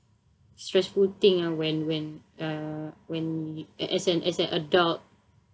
stressful thing ah when when uh when y~ as an as an adult